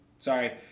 Sorry